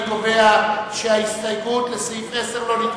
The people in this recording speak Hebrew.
אני קובע שההסתייגות לסעיף 10 לא נתקבלה.